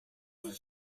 did